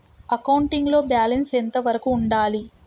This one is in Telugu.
అకౌంటింగ్ లో బ్యాలెన్స్ ఎంత వరకు ఉండాలి?